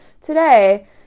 today